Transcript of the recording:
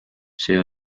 see